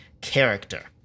character